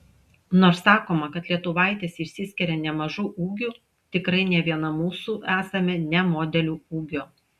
nors sakoma kad lietuvaitės išsiskiria nemažu ūgiu tikrai ne viena mūsų esame ne modelių ūgio